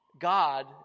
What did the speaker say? God